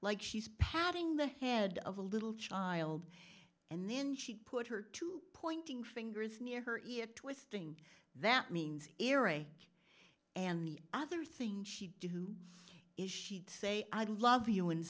like she's patting the head of a little child and then she put her to pointing fingers near her ear twisting that means eerie and the other thing she do is she'd say i love you